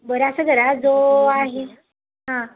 बरं असं करा जो आहे हां